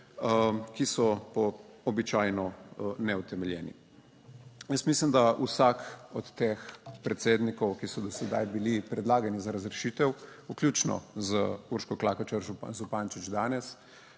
ki so običajno neutemeljeni. Jaz mislim, da vsak od teh predsednikov, ki so do sedaj bili predlagani za razrešitev, vključno z Urško Klakočar Zupančič, danes